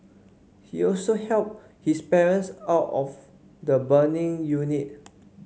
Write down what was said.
he also helped his parents out of the burning unit